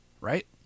Right